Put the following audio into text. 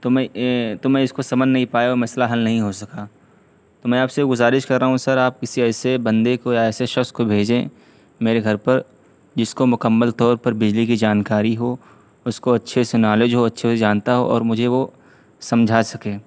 تو میں تو میں اس کو سمجھ نہیں پایا اور مسئلہ حل نہیں ہو سکا تو میں آپ سے گزارش کر رہا ہوں سر آپ کسی ایسے بندے کو یا ایسے شخص کو بھیجیں میرے گھر پر جس کو مکمل طور پر بجلی کی جانکاری ہو اس کو اچھے سے نالج ہو اچھے سے جانتا ہو اور مجھے وہ سمجھا سکے